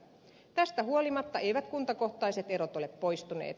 tästä huolimatta eivät kuntakohtaiset erot ole poistuneet